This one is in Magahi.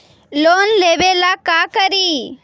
लोन लेबे ला का करि?